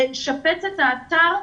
לשפץ את האתר.